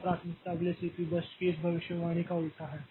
तो प्राथमिकता अगले सीपीयू बर्स्ट की इस भविष्यवाणी का उलटा है